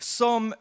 som